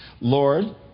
Lord